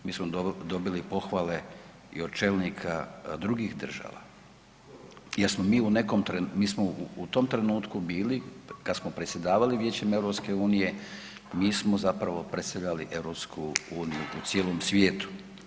Mi smo dobili pohvale i od čelnika drugih država jer smo mi u nekom trenutku, mi smo u tom trenutku bili kad smo predsjedavali Vijećem EU mi smo zapravo presjedali EU u cijelom svijetu.